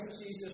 Jesus